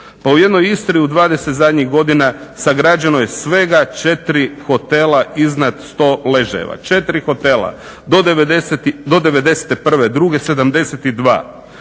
Pa u jednoj Istri u 20 zadnjih godina sagrađeno je svega 4 hotela iznad 100 ležajeva, 4 hotela. Do 1991.,